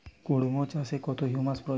কুড়মো চাষে কত হিউমাসের প্রয়োজন?